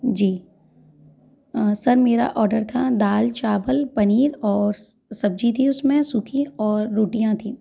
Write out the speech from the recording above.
जी अ सर मेरा ऑर्डर था दाल चावल पनीर और सब्जी थी उसमें सूखी और रोटियाँ थीं